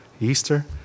Easter